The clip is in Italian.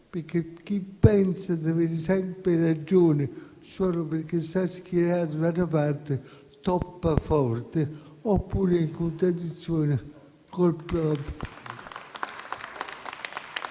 perché chi pensa di avere sempre ragione solo perché è schierato dall'altra parte "toppa forte" oppure è in contraddizione con il proprio